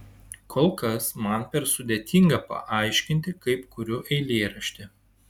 kol kas man per sudėtinga paaiškinti kaip kuriu eilėraštį